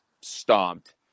stomped